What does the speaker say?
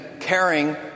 caring